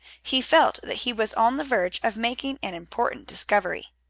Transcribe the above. he felt that he was on the verge of making an important discovery.